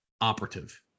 operative